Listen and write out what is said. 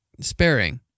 sparing